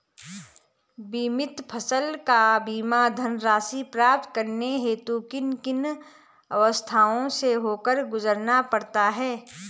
बीमित फसल का बीमा धनराशि प्राप्त करने हेतु किन किन अवस्थाओं से होकर गुजरना पड़ता है?